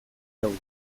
gaude